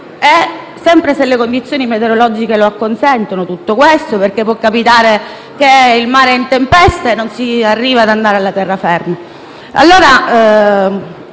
sempre se le condizioni meteorologiche consentono tutto questo, perché può capitare che il mare sia in tempesta e non si riesca ad andare sulla terraferma.